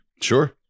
Sure